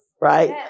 Right